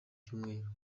cyumweru